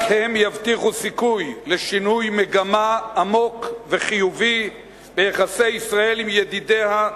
רק הם יבטיחו סיכוי לשינוי מגמה עמוק וחיובי ביחסי ישראל עם ידידיה,